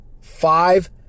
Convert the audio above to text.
Five